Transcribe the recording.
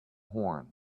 horns